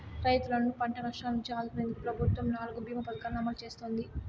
రైతులను పంట నష్టాల నుంచి ఆదుకునేందుకు ప్రభుత్వం నాలుగు భీమ పథకాలను అమలు చేస్తోంది